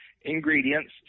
ingredients